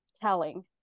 telling